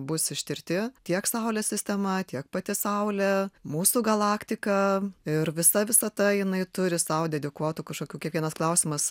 bus ištirti tiek saulės sistema tiek pati saulė mūsų galaktika ir visa visata jinai turi sau dedikuotų kažkokių kiekvienas klausimas